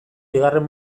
bigarren